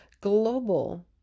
global